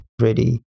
ready